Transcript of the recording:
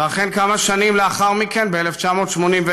וכן, כמה שנים לאחר מכן, ב-1981,